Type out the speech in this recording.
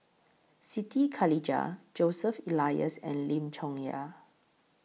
Siti Khalijah Joseph Elias and Lim Chong Yah